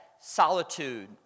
solitude